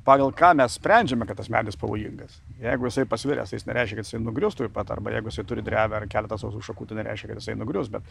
pagal ką mes sprendžiame kad tas medis pavojingas jeigu jisai pasviręs tai jis nereiškia kad nugrius tuoj pat arba jeigu jisai turi drevę ar keletą sausų šakų tai nereiškia kad jisai nugrius bet